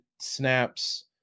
snaps